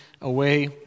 away